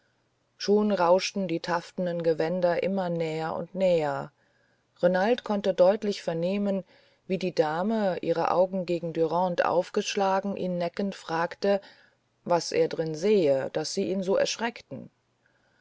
schon rauschten die taftenen gewänder immer näher und näher renald konnte deutlich vernehmen wie die dame ihre augen gegen dürande aufschlagend ihn neckend fragte was er drin sehe daß sie ihn so erschreckten